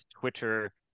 Twitter